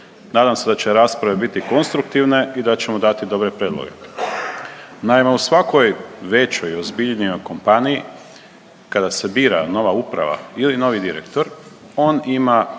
Nadam se da će rasprave biti konstruktivne i da ćemo dati dobre prijedloge. Naime, u svakoj većoj i ozbiljnijoj kompaniji kada se bira nova uprava ili novi direktor, on ima